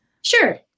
Sure